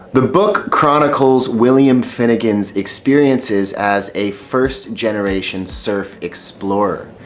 the book chronicles william finnegan's experiences as a first generation surf explorer.